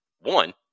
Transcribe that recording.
one